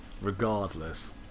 Regardless